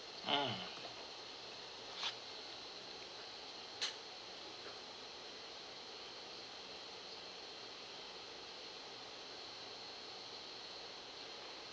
mm